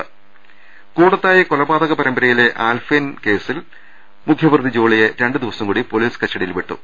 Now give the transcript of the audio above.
രുട്ട്ട്ട്ട്ട്ട്ട്ട കൂടത്തായി കൊലപാതക പരമ്പരയിലെ ആൽഫൈൻ കേസിൽ മുഖ്യ പ്രതി ജോളിയെ രണ്ടുദിവസം കൂടി പൊലീസ് കസ്റ്റഡിയിൽ വിട്ടു